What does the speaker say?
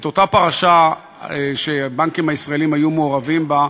אותה פרשה שהבנקים הישראליים היו מעורבים בה,